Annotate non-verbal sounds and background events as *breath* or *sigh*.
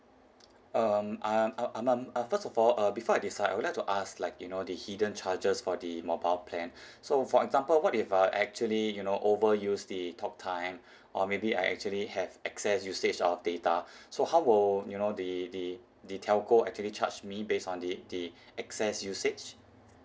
um I am I'm I'm uh first of all uh before I decide I would like to ask like you know the hidden charges for the mobile plan *breath* so for example what if uh actually you know overuse the talk time or maybe I actually have excess usage of data so how will you know the the the telco actually charge me based on the the excess usage